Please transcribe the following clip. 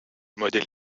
modèle